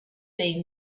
been